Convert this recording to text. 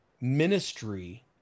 ministry